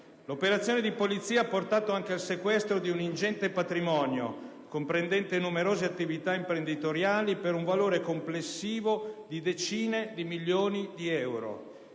L'operazione di polizia ha portato anche al sequestro di un ingente patrimonio comprendente numerose attività imprenditoriali, per un valore complessivo di decine di milioni di euro.